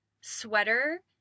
sweater